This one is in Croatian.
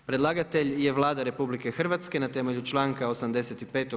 Predlagatelj je Vlada RH na temelju članka 85.